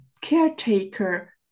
caretaker